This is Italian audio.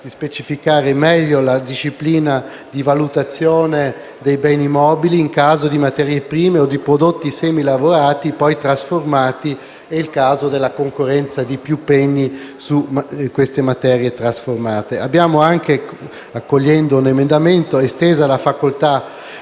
di specificare meglio la disciplina di valutazione degli immobili in caso di materie prime e di prodotti semilavorati poi trasformati. È il caso della concorrenza di più pegni su queste materie trasformate. Accogliendo un emendamento, abbiamo